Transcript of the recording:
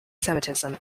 semitism